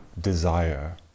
desire